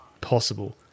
possible